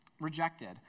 rejected